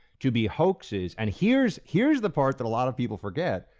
to be hoaxes. and here's here's the part that a lot of people forget.